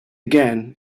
again